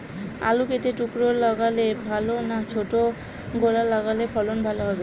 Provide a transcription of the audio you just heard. আলু কেটে টুকরো লাগালে ভাল না ছোট গোটা লাগালে ফলন ভালো হবে?